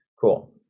cool